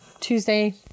Tuesday